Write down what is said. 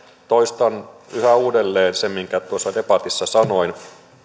toistan yhä uudelleen sen minkä tuossa debatissa sanoin